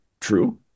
true